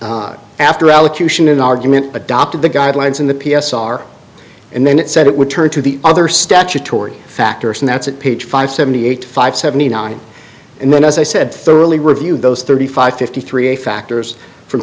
court after allocution an argument adopted the guidelines in the p s r and then it said it would turn to the other statutory factors and that's at page five seventy eight five seventy nine and then as i said thoroughly reviewed those thirty five fifty three factors fro